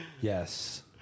Yes